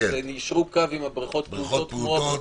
ויישרו קו עם הבריכות הרגילות.